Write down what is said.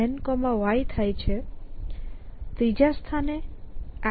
y થાય છે ત્રીજા સ્થાને એક્શન Pickup છે